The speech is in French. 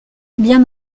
bien